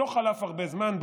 לא חלף הרבה זמן,